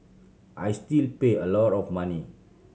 I still pay a lot of money